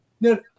No